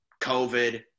COVID